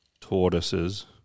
tortoises